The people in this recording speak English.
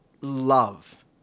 love